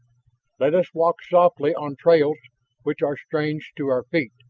let us walk softly on trails which are strange to our feet.